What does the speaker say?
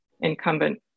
incumbent